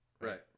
right